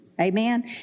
Amen